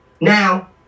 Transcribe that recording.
Now